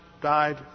died